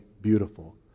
beautiful